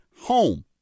home